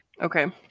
Okay